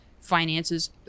finances